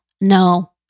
no